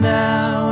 now